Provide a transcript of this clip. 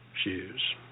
shoes